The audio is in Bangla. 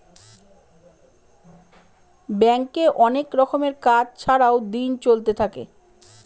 ব্যাঙ্কে অনেক রকমের কাজ ছাড়াও দিন চলতে থাকে